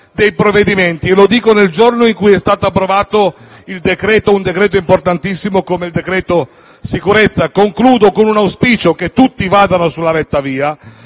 dei provvedimenti. Lo dico nel giorno in cui è stato approvato l'importantissimo decreto sicurezza. Concludo con l'auspicio che tutti vadano sulla retta via,